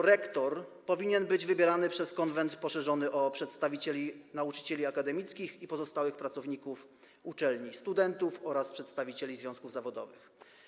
Rektor powinien być wybierany przez konwent poszerzony o przedstawicieli nauczycieli akademickich i pozostałych pracowników uczelni, studentów oraz przedstawicieli związków zawodowych.